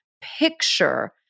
picture